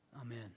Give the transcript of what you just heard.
Amen